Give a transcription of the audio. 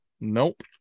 Nope